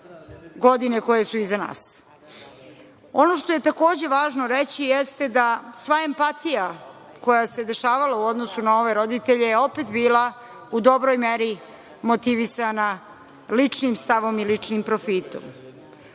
godine koje su iza nas. Ono što je takođe važno reći jeste da sva empatija koja se dešavala u odnosu na ove roditelje je opet bila u dobroj meri motivisana ličnim stavom i ličnim profitom.